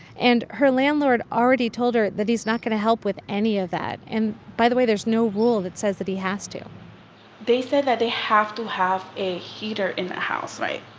and her landlord already told her that he's not going to help with any of that. and, by the way, there's no rule that says that he has to they said that they have to have a heater in the house. right?